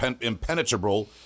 impenetrable